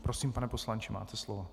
Prosím, pane poslanče, máte slovo.